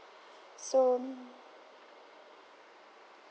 so mm